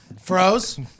froze